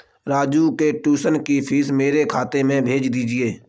राजू के ट्यूशन की फीस मेरे खाते में भेज दीजिए